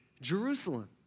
Jerusalem